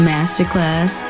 Masterclass